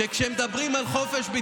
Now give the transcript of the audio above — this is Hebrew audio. זה לא הנושא, אדוני השר.